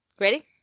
Ready